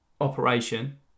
operation